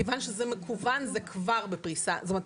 מכיוון שזה מקוון זה כבר בפריסה ארצית.